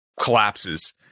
collapses